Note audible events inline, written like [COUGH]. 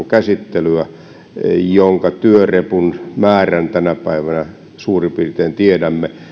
[UNINTELLIGIBLE] käsittelyä myöskin perustuslakivaliokunnassa jonka työrepun määrän tänä päivänä suurin piirtein tiedämme